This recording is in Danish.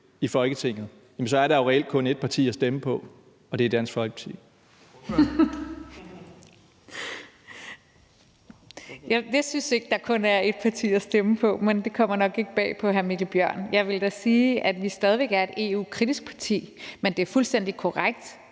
formand (Erling Bonnesen): Ordføreren. Kl. 19:54 Rosa Lund (EL): Jeg synes ikke, der kun er ét parti at stemme på, men det kommer nok ikke bag på hr. Mikkel Bjørn. Jeg vil da sige, at vi stadig væk er et EU-kritisk parti, men det er fuldstændig korrekt,